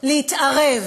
להתערב